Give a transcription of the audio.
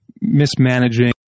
mismanaging